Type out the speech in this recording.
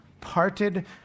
parted